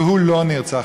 והוא לא נרצח,